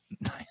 Nice